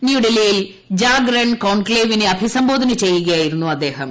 ന്യൂഡൽഹിയിൽ ജാഗ്രൺ കോൺക്ലേവിനെ അഭിസംബോധന ചെയ്യുകയായിരുന്നു അദ്ദേഹം